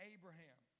Abraham